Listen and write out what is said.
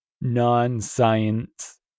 non-science